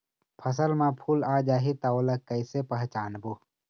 फसल म फूल आ जाही त ओला कइसे पहचानबो?